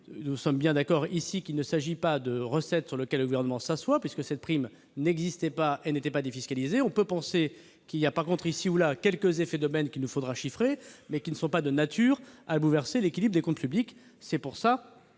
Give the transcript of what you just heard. Nous sommes bien d'accord qu'il ne s'agit pas de recettes sur lesquelles le Gouvernement s'assoit, puisque cette prime n'existait pas et n'était pas défiscalisée. On peut penser qu'il y a, en revanche, ici ou là, quelques effets d'aubaine qu'il nous faudra chiffrer, mais qui ne sont pas de nature à bouleverser l'équilibre des comptes publics. Donc, du